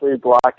block